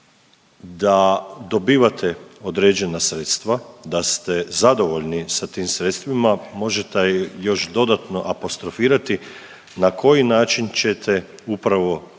da dobivate određena sredstva, da ste zadovoljni sa tim sredstvima možete li još dodatno apostrofirati na koji način ćete upravo ta